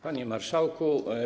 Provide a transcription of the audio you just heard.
Panie Marszałku!